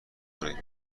کنید